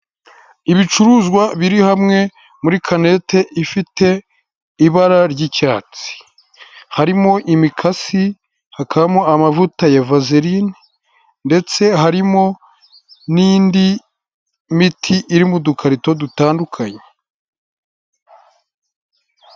Ibicuruzwa biri hamwe muri kanete ifite ibara ry'icyatsi, harimo imikasi, hakabamo amavuta ya vazerine ndetse harimo n'indi miti iri mu dukarito dutandukanye.